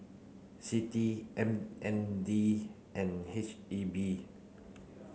CITI M N D and H E B